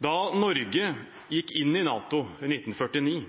Da Norge gikk inn i NATO i 1949